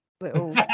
little